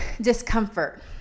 discomfort